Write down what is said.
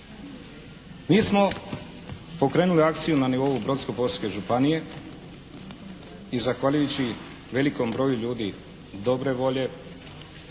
Mi smo pokrenuli akciju na nivou Brodsko-posavske županije i zahvaljujući velikom broju ljudi dobre volje